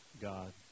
God